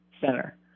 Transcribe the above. center